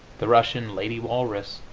the russian lady walrus,